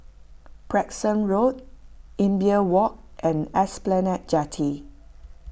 Branksome Road Imbiah Walk and Esplanade Jetty